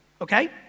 Okay